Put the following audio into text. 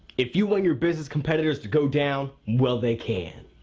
if you want your business competitors to go down, well, they can.